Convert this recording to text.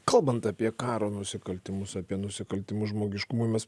kalbant apie karo nusikaltimus apie nusikaltimus žmogiškumui mes